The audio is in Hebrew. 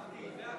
לבטל את הכול.